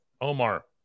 Omar